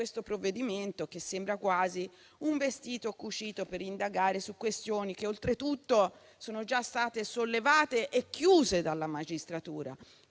provvedimento, che sembra quasi un vestito cucito per indagare su questioni che oltretutto sono già state sollevate e chiuse dalla magistratura,